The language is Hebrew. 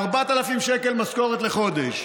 4,000 שקל משכורת לחודש,